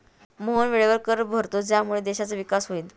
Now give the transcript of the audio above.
मोहन वेळेवर कर भरतो ज्यामुळे देशाचा विकास होईल